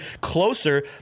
closer